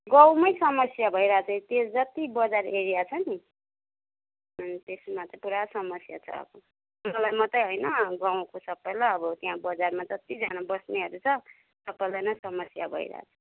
गाउँमै समस्या भइरहेछ त्यो जत्ति बजार एरिया छ नि हौ त्यसमा चाहिँ पूरा समस्या छ अब मलाई मात्रै होइन गाउँको सबैलाई अब त्यहाँ बजारमा जतिजना बस्नेहरू छ सबैलाई नै समस्या भइराछ